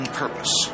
purpose